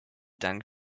dank